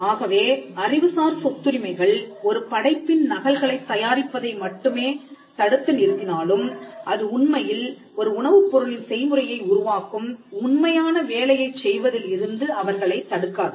ஆகவே அறிவுசார் சொத்துரிமைகள் ஒரு படைப்பின் நகல்களைத் தயாரிப்பதை மட்டுமே தடுத்து நிறுத்தினாலும் அது உண்மையில் ஒரு உணவுப் பொருளின் செய்முறையை உருவாக்கும் உண்மையான வேலையைச் செய்வதில் இருந்து அவர்களைத் தடுக்காது